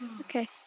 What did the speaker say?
Okay